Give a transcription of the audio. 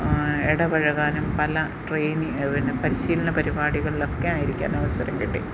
ഇടപഴകാനും പല ട്രെയിനിംഗ് പിന്നെ പരിശീലന പരിപാടികളിലൊക്കെ ആയിരിക്കാൻ അവസരം കിട്ടി